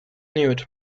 newt